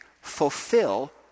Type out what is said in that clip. fulfill